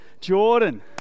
Jordan